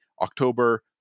October